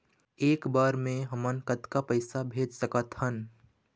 एक बर मे हमन कतका पैसा भेज सकत हन?